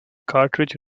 cartridge